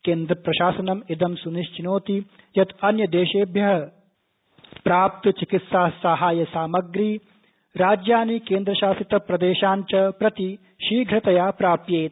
केन्द्रप्रशासनम इदं स्निश्चिनोति यत अन्यदेशेभ्यः प्राप्तचिकित्सासाहाय्यसामग्री राज्यानि केन्द्रशासितप्रदेशान ा च प्रति शीघ्रतया प्राप्येत